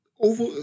over